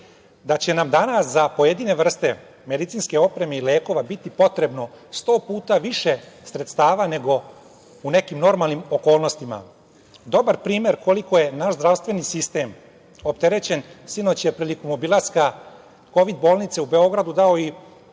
da će nam danas za pojedine vrste medicinske opreme i lekova biti potrebno sto puta više sredstava nego u nekim normalnim okolnostima. Dobar primer koliko je naš zdravstveni sistem opterećen, sinoć je prilikom obilaska kovid bolnice u Beogradu dao i